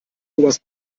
oberst